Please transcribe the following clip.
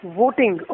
voting